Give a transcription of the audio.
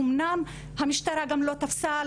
אמנם המשטרה לא תפסה,